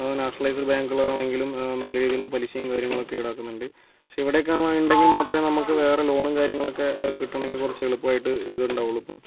nationalised ബാങ്കുകൾ ആണെങ്കിലും നല്ല രീതിയിലുള്ള പലിശയും കാര്യങ്ങളൊക്കെ ഈടാക്കുന്നുണ്ട് പക്ഷേ ഇവിടെയൊക്കെ ഉണ്ടെങ്കിൽ മാത്രമേ നമ്മുക്ക് വേറെ ലോണും കാര്യങ്ങളൊക്കെ കിട്ടണങ്കിൽ കുറച്ച് എളുപ്പമായിട്ട് ഇത് ഉണ്ടാവുള്ളൂ ഇപ്പം